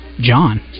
John